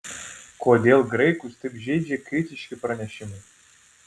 kodėl graikus taip žeidžia kritiški pranešimai